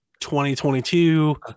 2022